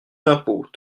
l’impôt